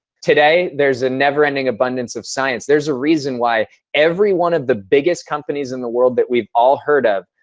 today, there's a never ending abundance of science. and there's a reason why every one of the biggest companies in the world that we've all heard of,